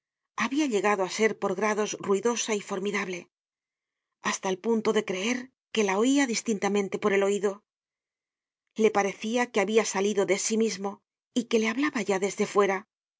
habia llegado á ser por grados ruidosa y formidable hasta el punto de creer que la oia distintamente por el oido le parecia que habia salido de sí mismo y que le hablaba ya desde fuera